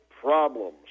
problems